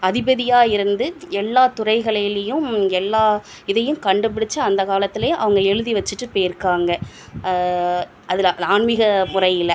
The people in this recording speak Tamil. அதிபதியாக இருந்து எல்லா துறைகளிலேயும் எல்லா இதையும் கண்டுபிடிச்சு அந்தகாலத்துலேயே அவங்க எழுதி வச்சுட்டு போய்ருக்காங்க அதில் அந்த ஆன்மீக முறையில்